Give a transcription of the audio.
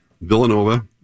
Villanova